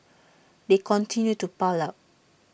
they continue to pile up